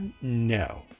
no